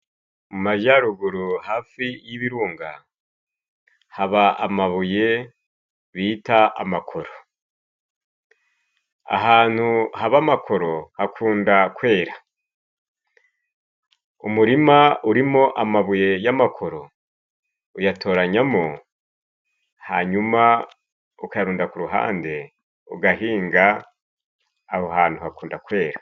Mu majyaruguru hafi y'ibirunga haba amabuye bita amakoro. Ahantu haba amakoro hakunda kwera. Umurima urimo amabuye y'amakoro uyatoranyamo hanyuma ukayarunda ku ruhande ugahinga aho hantu hakunda kwera.